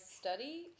study